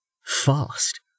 fast